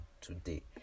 today